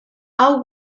hau